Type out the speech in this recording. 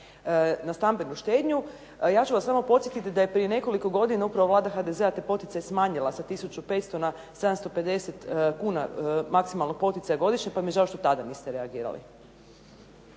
na stambenu štednju. Ja ću vas samo podsjetiti da je prije nekoliko godina upravo Vlada HDZ-a taj poticaj smanjila sa tisuću 500 na 750 kuna maksimalnog poticaja godišnje, pa mi je žao što tada niste reagirali.